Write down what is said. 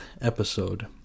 episode